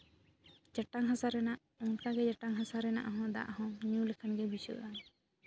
ᱡᱟᱴᱟᱝ ᱦᱟᱥᱟ ᱨᱮᱱᱟᱜ ᱚᱱᱠᱟᱜᱮ ᱡᱟᱴᱟᱝ ᱦᱟᱥᱟ ᱨᱮᱱᱟᱜ ᱫᱟᱜ ᱦᱚᱸ ᱧᱩ ᱞᱮᱠᱷᱟᱱ ᱜᱮ ᱵᱩᱡᱷᱟᱹᱜᱼᱟ